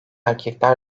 erkekler